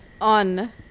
On